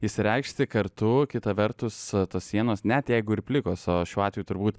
išsireikšti kartu kita vertus tos sienos net jeigu ir plikos o šiuo atveju turbūt